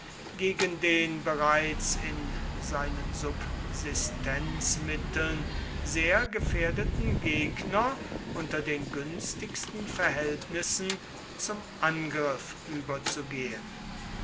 gegen den bereits in seinen subsistenzmitteln sehr gefährdeten gegner unter den günstigsten verhältnissen zum angriff überzugehen